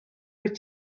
wyt